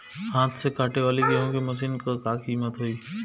हाथ से कांटेवाली गेहूँ के मशीन क का कीमत होई?